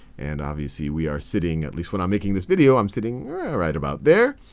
and obviously, we are sitting at least when i'm making this video, i'm sitting right about there.